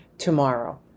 tomorrow